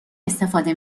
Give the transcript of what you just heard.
استفاده